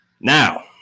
now